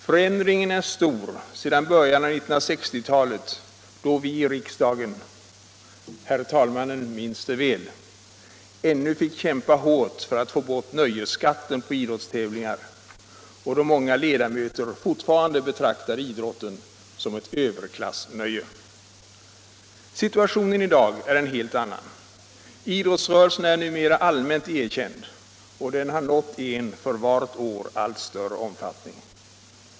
Förändringen är stor sedan början av 1960-talet, då vi i riksdagen — herr talmannen minns det väl — ännu fick kämpa hårt för att få bort nöjesskatten på idrottstävlingar och då många ledamöter fortfarande betraktade idrotten som ett överklassnöje. Situationen i dag är en helt annan. Idrottsrörelsen är numera allmänt erkänd och den har nått en för vart år allt större omfattning.